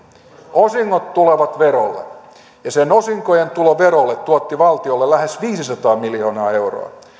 osingot tulevat verolle ja se osinkojen tulo verolle tuotti valtiolle lähes viisisataa miljoonaa euroa